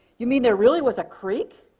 you mean there really was a creek?